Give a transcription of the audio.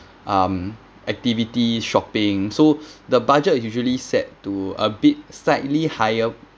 um activity shopping so the budget is usually set to a bit slightly higher